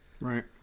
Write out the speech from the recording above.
Right